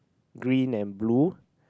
green and blue